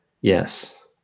Yes